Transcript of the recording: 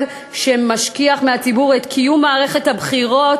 שמשכיח מהציבור את קיום מערכת הבחירות,